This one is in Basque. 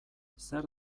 zer